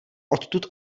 odtud